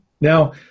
Now